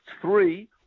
Three